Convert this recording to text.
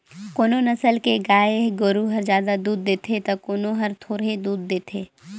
कोनो नसल के गाय गोरु हर जादा दूद देथे त कोनो हर थोरहें दूद देथे